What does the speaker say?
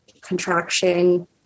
contraction